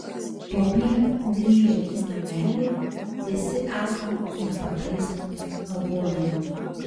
popiet grįžę į namelį visi esam nepataisomi lavonai